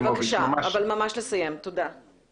בבקשה, אבל ממש לסיים, תודה.